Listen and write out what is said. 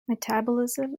metabolism